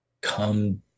come